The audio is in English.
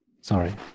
Sorry